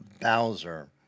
Bowser